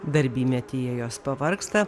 darbymetyje jos pavargsta